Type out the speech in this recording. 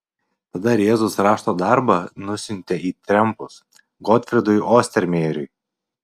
tada rėzos rašto darbą nusiuntė į trempus gotfrydui ostermejeriui